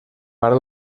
part